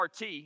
RT